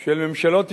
של ממשלות ישראל,